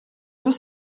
deux